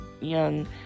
young